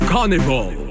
Carnival